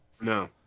No